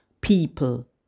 people